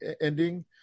ending